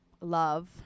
Love